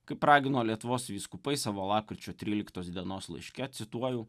kaip ragino lietuvos vyskupai savo lapkričio tryliktos dienos laiške cituoju